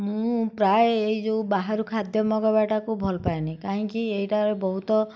ମୁଁ ପ୍ରାୟ ଏଇ ଯେଉଁ ବାହାରୁ ଖାଦ୍ୟ ମଗାଇବାଟାକୁ ଭଲ ପାଏନି କାହିଁକି ଏଇଟାରେ ବହୁତ